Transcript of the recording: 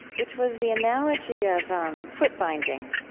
which was the analogy of um foot-binding.